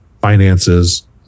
finances